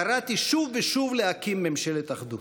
קראתי שוב ושוב להקים ממשלת אחדות.